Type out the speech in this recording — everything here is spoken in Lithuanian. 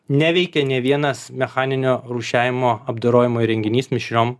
neveikė nė vienas mechaninio rūšiavimo apdorojimo įrenginys mišriom